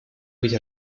быть